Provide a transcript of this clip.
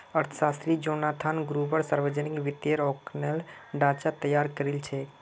अर्थशास्त्री Jonathan Gruber सावर्जनिक वित्तेर आँकलनेर ढाँचा तैयार करील छेक